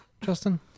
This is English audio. Justin